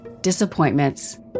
disappointments